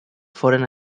foren